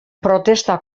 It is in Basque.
protesta